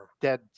dead